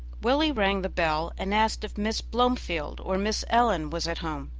willie rang the bell, and asked if miss blomefield or miss ellen was at home.